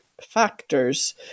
factors